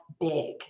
big